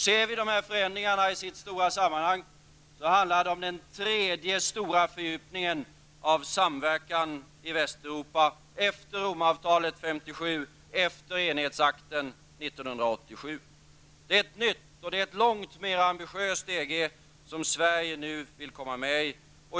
Ser vi dessa förändringar i deras stora sammanhang, så finner vi att det handlar om den tredje stora fördjupningen av samverkan i Det är ett nytt och långt mer ambitiöst EG som Sverige nu vill komma med i.